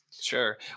Sure